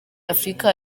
afurika